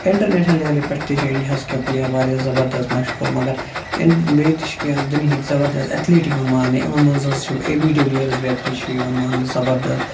international لیولہِ پٮ۪ٹھ تہِ چھِ اِنٛڈیا ہَس کینٛہہ پٕلیٚر واریاہ زَبردست مَشہوٗر مگر بیٚیہِ تہِ چھِ کینٛیہ دُنیِہِکۍ زَبردست ایتھلیٖٹ یِوان ماننہٕ یِمن منٛز حظ چھِ اے وی ڈِ ویلرٕز بیترِ چھِ یِوان ماننہٕ زَبردست